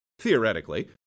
theoretically